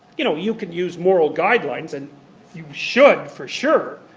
you know, you could use moral guidelines and you should, for sure,